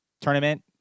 tournament